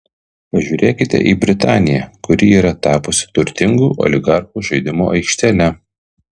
pažiūrėkite į britaniją kuri yra tapusi turtingų oligarchų žaidimo aikštele